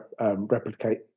replicate